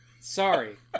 sorry